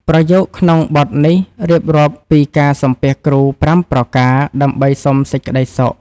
ប្រយោគក្នុងបទនេះរៀបរាប់ពីការសំពះគ្រូ ៥ ប្រការ ដើម្បីសុំសេចក្ដីសុខ។